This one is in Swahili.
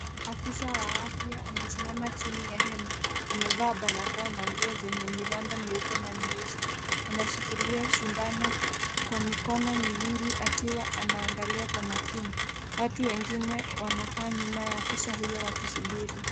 Afisa wa afya amesimama chini ya hema, amevaa barakoa na nguo zenye miraba mieupe na mieusi. Anashikilia sindano kwa mikono miwili akiwa anaangalia kwa makini. Watu wengine wanakaa nyuma ya afisa huyo wakisubiri.